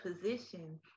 position